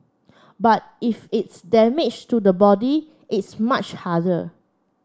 but if it's damage to the body it's much harder